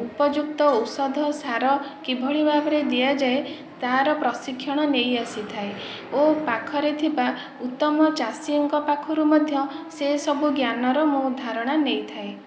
ଉପଯୁକ୍ତ ଔଷଧ ସାର କିଭଳି ଭାବରେ ଦିଆଯାଏ ତାର ପ୍ରଶିକ୍ଷଣ ନେଇ ଆସିଥାଏ ଓ ପାଖରେ ଥିବା ଉତ୍ତମ ଚାଷୀଙ୍କ ପାଖରୁ ମଧ୍ୟ୍ୟ ସେ ସବୁ ଜ୍ଞାନର ମୁଁ ଉଦାହରଣ ନେଇଥାଏ